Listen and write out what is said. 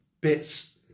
bits